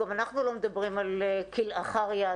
גם אנחנו לא מדברים על כלאחר יד,